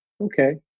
okay